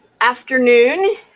afternoon